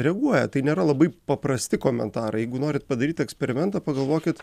reaguoja tai nėra labai paprasti komentarai jeigu norit padaryti eksperimentą pagalvokit